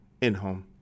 in-home